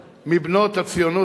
ואם היא תרצה היא תשיב,